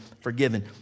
forgiven